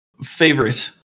favorite